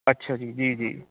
ਅੱਛਾ ਜੀ ਜੀ ਜੀ